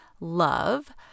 Love